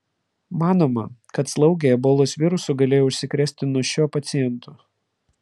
manoma kad slaugė ebolos virusu galėjo užsikrėsti nuo šio paciento